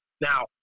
Now